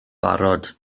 barod